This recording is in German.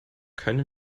keine